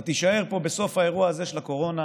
אתה תישאר פה בסוף האירוע הזה של הקורונה